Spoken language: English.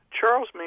Charles